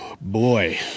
boy